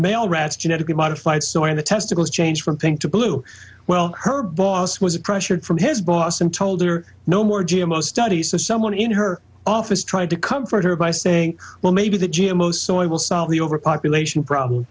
male rats genetically modified so and the testicles changed from think to blue well her boss was pressured from his boss and told her no more g m o studies and someone in her office tried to comfort her by saying well maybe that g m o soy will solve the overpopulation problem